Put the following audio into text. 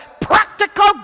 Practical